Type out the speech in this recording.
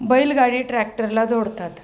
बैल गाडी ट्रॅक्टरला जोडतात